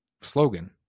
slogan